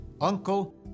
uncle